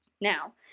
now